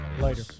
Later